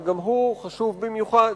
שגם הוא חשוב במיוחד,